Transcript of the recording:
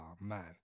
man